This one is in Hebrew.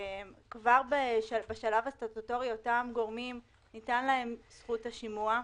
כבר בשלב הסטטוטורי ניתנה לאותם גורמים זכות השימוע,